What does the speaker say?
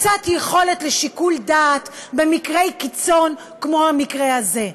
קצת יכולת לשיקול דעת במקרי קיצון, כמו המקרה הזה.